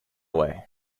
way